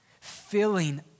filling